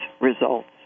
results